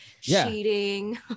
cheating